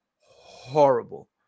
horrible